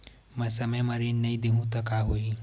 मैं समय म ऋण नहीं देहु त का होही